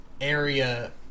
area